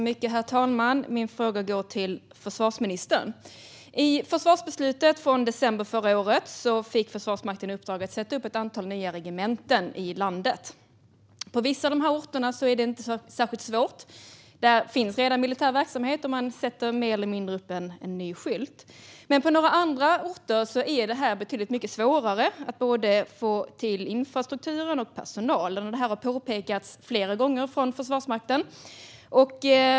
Herr talman! Min fråga går till försvarsministern. I försvarsbeslutet från december förra året fick Försvarsmakten i uppdrag att sätta upp ett antal nya regementen i landet. På vissa av de här orterna är det inte särskilt svårt. Där finns redan militär verksamhet, och man sätter mer eller mindre upp en ny skylt. Men på några andra orter är det betydligt svårare att få till infrastrukturen och personalen. Det här har påpekats flera gånger från Försvarsmakten.